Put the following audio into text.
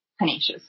tenacious